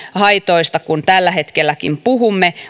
haitoista kuin tällä hetkelläkin puhumme